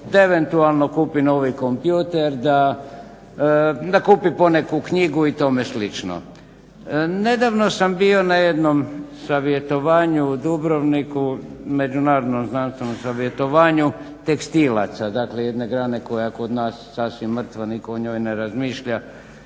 te eventualno kupi novi kompjuter, da kupi poneku knjigu i tome slično. Nedavno sam bio na jednom savjetovanju u Dubrovniku, međunarodnom znanstvenom savjetovanju tekstilaca, dakle jedne grane koja je kod nas sasvim mrtva, niko o njoj ne razmišlja